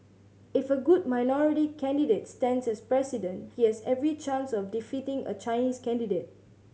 if a good minority candidate stands as President he has every chance of defeating a Chinese candidate